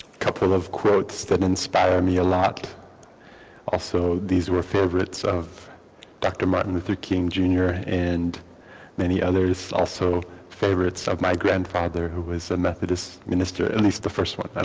couple of quotes that inspire me a lot also these were favorites of dr. martin luther king jr. and many others also favorites of my grandfather who was a methodist minister, at least the first one,